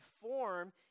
form